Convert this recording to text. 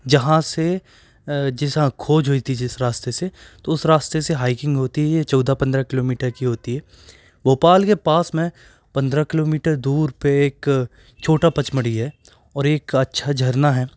जहाँ से जिस हाँ खोज हुई थी जिस रास्ते से तो उस रास्ते से हाइकिंग होती हे चौदह पंद्रह किलोमीटर की होती हे भोपाल के पास में पंद्रह किलोमीटर दूरी पर एक छोटा पचमणी है और एक अच्छा झरना है